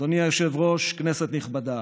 אדוני היושב-ראש, כנסת נכבדה,